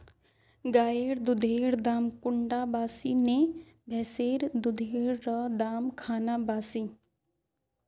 गायेर दुधेर दाम कुंडा बासी ने भैंसेर दुधेर र दाम खान बासी?